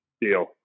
deal